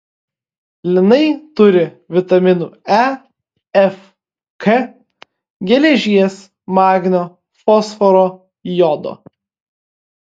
linai turi vitaminų e f k geležies magnio fosforo jodo